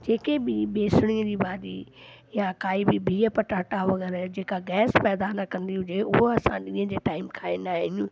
जेके बि बेसणअ जी भाॼी या काई बि बीह पटाटा वग़ैरह जेका गैस पैदा न कंदी हुजे हुअ असां ॾींहं जे टाइम खाईंदा आहियूं